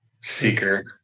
seeker